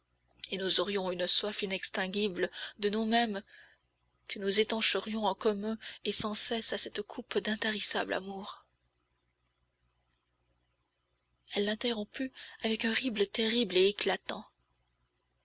et nous aurions une soif inextinguible de nous-mêmes que nous étancherions en commun et sans cesse à cette coupe d'intarissable amour elle l'interrompit avec un rire terrible et éclatant